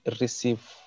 receive